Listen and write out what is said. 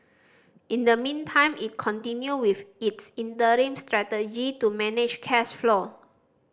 in the meantime it continued with its interim strategy to manage cash flow